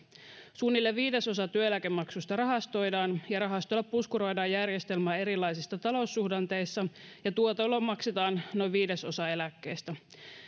suunnilleen viidesosa työeläkemaksuista rahastoidaan ja rahastoilla puskuroidaan järjestelmää erilaisissa taloussuhdanteissa ja tuotoilla maksetaan noin viidesosa eläkkeistä